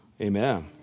Amen